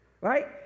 right